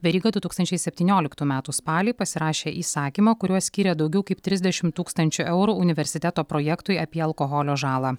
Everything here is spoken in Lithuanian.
veryga du tūkstančiai septynioliktų metų spalį pasirašė įsakymą kuriuo skyrė daugiau kaip trisdešim tūkstančių eurų universiteto projektui apie alkoholio žalą